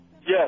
Yes